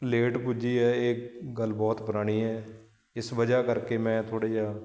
late ਪੁੱਜੀ ਹੈ ਇਹ ਗੱਲ ਬਹੁਤ ਪੁਰਾਣੀ ਹੈ ਇਸ ਵਜ੍ਹਾ ਕਰਕੇ ਮੈਂ ਥੋੜ੍ਹਾ ਜਿਹਾ